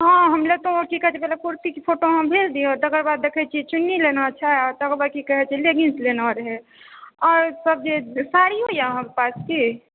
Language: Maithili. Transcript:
हँ हमरा तऽ ओ की कहैत छै मतलब कुर्तीके फोटो अहाँ भेज दियौ तकरबाद देखैत छियै चुन्नी लेना छै आओर की कहैत छै लेगिन्स लेना यए आओरसभ जे साड़ियो यए अहाँके पास की